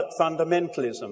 fundamentalism